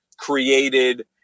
Created